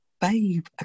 babe